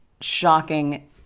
shocking